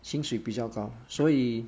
薪水比较高所以